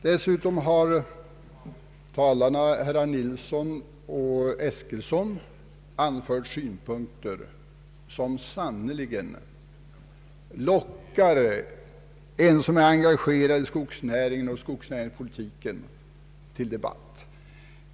Dessutom har herrar Nils Nilsson och Eskilsson anfört synpunkter som sannerligen lockar dem som är engagerade i skogsnäringen och skogsnäringspolitiken till debatt.